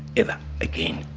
ever again.